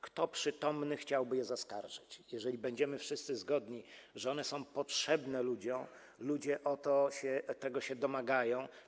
Kto przytomny chciałby je zaskarżyć, jeżeli będziemy wszyscy zgodni, że one są potrzebne ludziom, że ludzie tego się domagają?